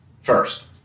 First